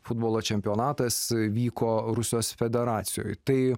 futbolo čempionatas vyko rusijos federacijoje tai